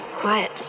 quiet